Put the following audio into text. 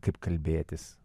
kaip kalbėtis